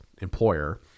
employer